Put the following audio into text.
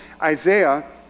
Isaiah